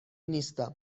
نیستم